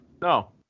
No